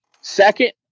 Second